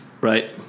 Right